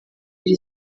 iri